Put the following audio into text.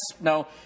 No